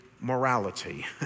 morality